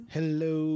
Hello